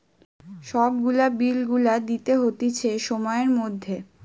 সব গুলা বিল গুলা দিতে হতিছে সময়ের মধ্যে